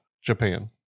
Japan